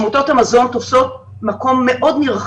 אני מתכבדת לפתוח את דיון הוועדה בנושא ביטחון